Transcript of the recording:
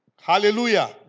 Hallelujah